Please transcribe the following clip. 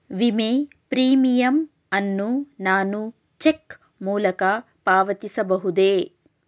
ವಿಮೆ ಪ್ರೀಮಿಯಂ ಅನ್ನು ನಾನು ಚೆಕ್ ಮೂಲಕ ಪಾವತಿಸಬಹುದೇ?